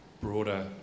broader